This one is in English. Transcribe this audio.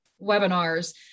webinars